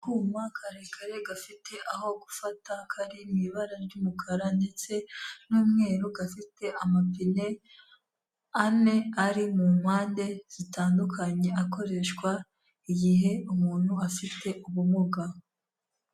Akuma karekare gafite aho gufata, kari mu ibara ry'umukara ndetse n'umweru, gafite amapine ane ari mu mpande zitandukanye akoreshwa igihe umuntu afite ubumuga.